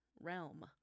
realm